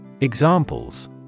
Examples